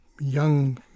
young